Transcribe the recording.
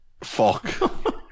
fuck